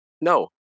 No